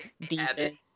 defense